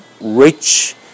rich